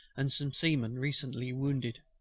and some seamen, recently wounded.